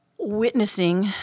witnessing